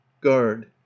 guard